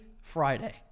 Friday